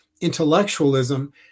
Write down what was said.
intellectualism